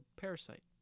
Parasite